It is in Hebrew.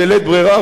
בלית ברירה,